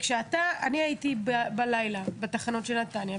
אני הייתי בלילה בתחנות של נתניה,